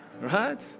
Right